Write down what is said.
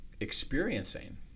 experiencing